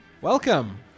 Welcome